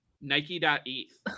Nike.eth